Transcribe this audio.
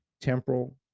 temporal